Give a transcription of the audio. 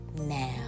now